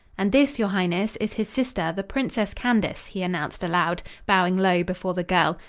and this, your highness, is his sister, the princess candace, he announced aloud, bowing low before the girl.